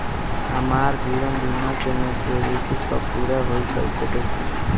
हमार जीवन बीमा के मेचीयोरिटी कब पूरा होई कईसे देखम्?